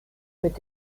mit